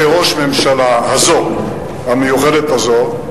כראש ממשלה המיוחדת הזאת,